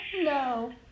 No